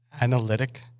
analytic